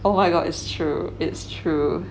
oh my god it's true it's true